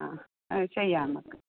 ആ ചെയ്യാം നമ്മൾക്ക്